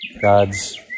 God's